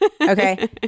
Okay